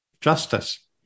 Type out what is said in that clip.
justice